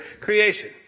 creation